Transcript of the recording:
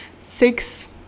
six